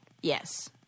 Yes